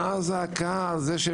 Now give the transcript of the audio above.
מה הזעקה על זה?